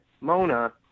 Mona